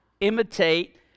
imitate